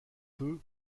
peu